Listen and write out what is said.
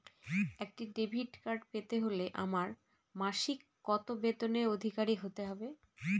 একটা debit card পেতে হলে আমার মাসিক কত বেতনের অধিকারি হতে হবে?